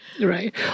Right